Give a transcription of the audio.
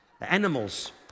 animals